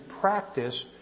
practice